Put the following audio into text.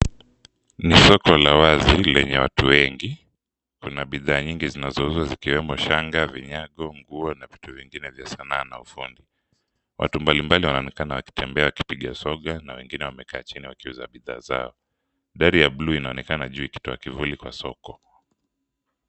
Ni soko la wazi lenye watu wengi. Kuna bidhaa nyingi zinazouzwa zikiwemo shanga, vinyago, nguo na vitu vyengine vya sanaa na ufundi. Watu mbalimbali wanaonekana wakitembea wakipiga zoga na wengine wamekaa chini wakiuza bidhaa zao. Dari ya buluu inaonekana juu ikitoa kivuli kwa soko.